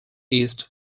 east